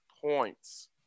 points